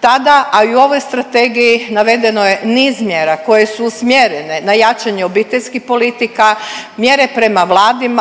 Tada a i u ovoj strategiji navedeno je niz mjera koje su usmjerene na jačanje obiteljskih politika, mjere prema